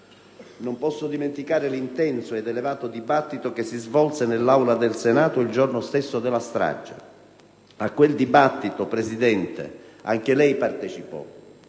Non posso dimenticare l'intenso ed elevato dibattito che si svolse nell'Aula del Senato il giorno stesso della strage. A quel dibattito anche lei,